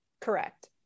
Correct